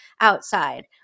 outside